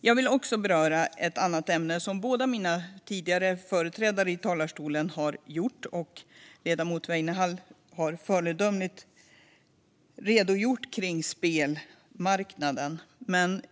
Jag vill också beröra ett annat ämne som de tidigare talarna här har tagit upp. Ledamoten Weinerhall har på ett föredömligt sätt redogjort för spelmarknaden.